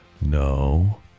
No